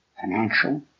financial